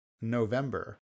November